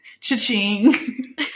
Cha-ching